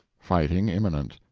fighting imminent.